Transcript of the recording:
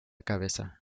cabeza